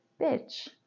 bitch